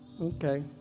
Okay